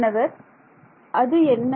மாணவர் அது என்ன